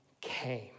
came